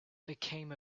became